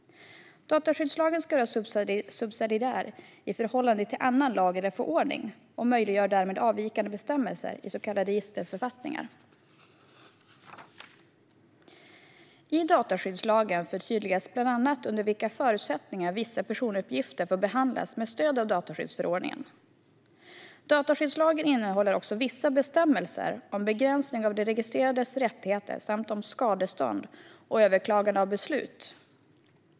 Dataskyddslagen ska vara subsidiär i förhållande till annan lag eller förordning. Det möjliggör för avvikande bestämmelser i så kallade registerförfattningar. I dataskyddslagen förtydligas bland annat under vilka förutsättningar vissa personuppgifter får behandlas med stöd av dataskyddsförordningen. Dataskyddslagen innehåller också vissa bestämmelser om begränsning av de registrerades rättigheter samt om skadestånd och överklagande av beslut.